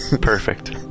Perfect